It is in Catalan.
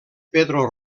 pedro